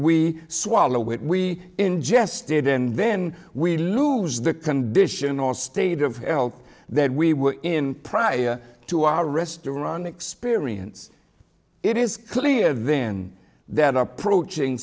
it we ingest it and then we lose the condition or state of health that we were in prior to our restaurant experience it is clear van that approaching